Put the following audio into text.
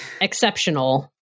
Exceptional